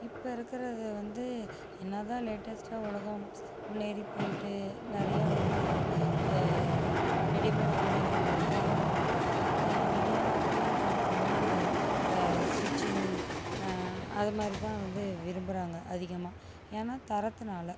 இப்போ இருக்கிறத வந்து என்னா தான் லேட்டஸ்ட்டாக உலகம் முன்னேறி போயிட்டு நிறைய வந்து ரெடிமேட் ஆடைகள் வந்தாலும் வந்து நிறைய பேர் பார்த்திங்கன்னா இந்த ஸ்ட்ச்சிங் அதை மாதிரிதான் வந்து விரும்புகிறாங்க அதிகமாக ஏன்னால் தரத்தினால